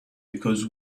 because